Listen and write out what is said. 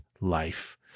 life